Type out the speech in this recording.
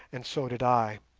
and so did i.